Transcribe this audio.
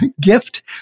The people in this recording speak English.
gift